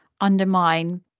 undermine